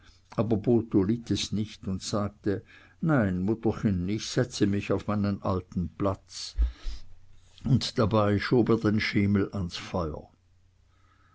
aber botho litt es nicht und sagte nein mutterchen ich setze mich auf meinen alten platz und dabei schob er den schemel ans feuer